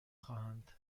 خواهند